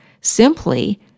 simply